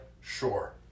Sure